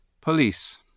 Police